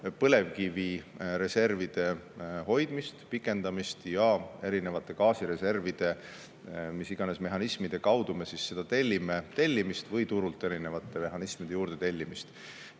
põlevkivireservide hoidmist, pikendamist ja erinevate gaasireservide tellimist – mis iganes mehhanismide kaudu me seda teeme – või turult erinevate mehhanismide juurde tellimist.